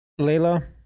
Layla